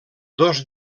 dos